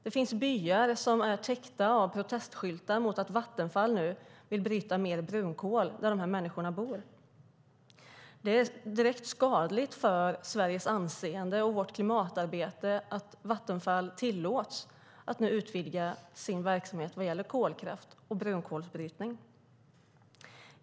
Det finns byar som är täckta av protestskyltar mot att Vattenfall nu vill bryta mer brunkol där de här människorna bor. Det är direkt skadligt för Sveriges anseende och vårt klimatarbete att Vattenfall tillåts utvidga sin verksamhet vad gäller kolkraft och brunkolsbrytning.